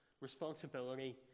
Responsibility